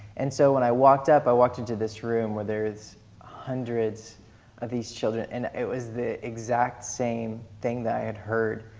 and so, when i walked up, i walked into this room where there's hundreds of these children. and it was the exact same thing that i'd heard.